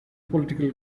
political